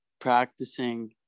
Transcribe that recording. practicing